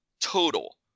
total